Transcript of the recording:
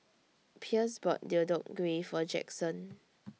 Pierce bought Deodeok Gui For Jackson